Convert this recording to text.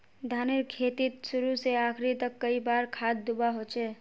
धानेर खेतीत शुरू से आखरी तक कई बार खाद दुबा होचए?